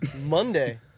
Monday